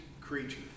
creature